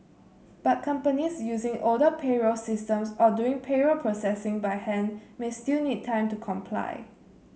but companies using older payroll systems or doing payroll processing by hand may still need time to comply